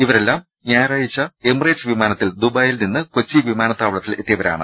ഇവരെല്ലാം ഞായറാഴ്ച Emirates വിമാനത്തിൽ ദുബായിൽനിന്ന് കൊച്ചി വിമാന ത്താവളത്തിൽ എത്തിയവരാണ്